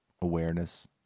awareness